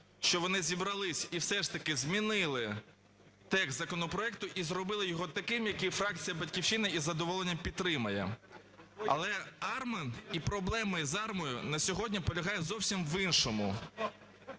що вони зібрались і все ж таки змінили текст законопроекту і зробили його таким, який фракція "Батьківщина" із задоволенням підтримає. Але АРМА і проблеми з АРМА на сьогодні полягають зовсім в іншому: